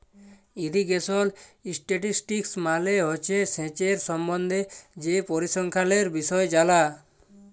irrigation statistics মালে হছে সেঁচের সম্বল্ধে যে পরিসংখ্যালের বিষয় জালা